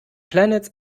planets